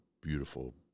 beautiful